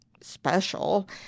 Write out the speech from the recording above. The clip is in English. special